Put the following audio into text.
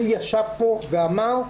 שהוא אמר,